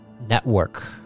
network